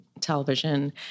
television